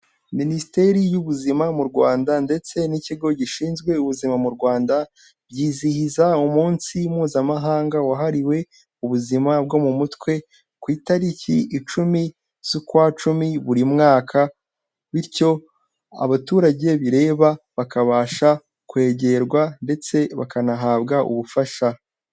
Minisiteri y'Ubuzima mu Rwanda ndetse n'Ikigo gishinzwe Ubuzima mu Rwanda, byizihiza umunsi Mpuzamahanga wahariwe ubuzima bwo mu mutwe, ku itariki icumi z'ukwacumi buri mwaka bityo abaturage bireba bakabasha kwegerwa ndetse bakanahabwa ubufasha.